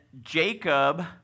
Jacob